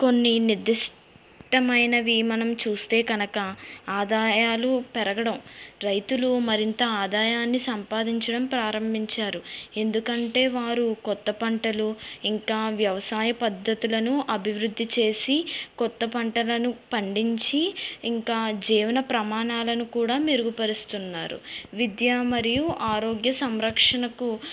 కొన్ని నిర్దిష్టమైనవి మనం చూస్తే కనుక ఆదాయాలు పెరగడం రైతులు మరింత ఆదాయాన్ని సంపాదించడం ప్రారంభించారు ఎందుకంటే వారు కొత్త పంటలు ఇంకా వ్యవసాయ పద్ధతులను అభివృద్ధి చేసి కొత్త పంటలను పండించి ఇంకా జీవన ప్రమాణాలను కూడా మెరుగుపరుస్తున్నారు విద్య మరియు ఆరోగ్య సంరక్షణకు